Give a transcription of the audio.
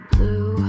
Blue